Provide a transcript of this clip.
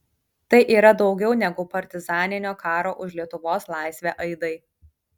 tai yra daugiau negu partizaninio karo už lietuvos laisvę aidai